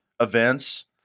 events